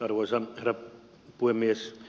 arvoisa herra puhemies